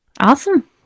Awesome